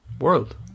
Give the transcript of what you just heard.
world